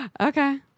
Okay